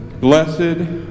Blessed